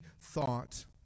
thought